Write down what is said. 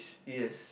yes